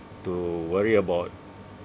to worry about